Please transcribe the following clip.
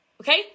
Okay